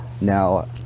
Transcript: Now